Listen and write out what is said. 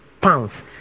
pounds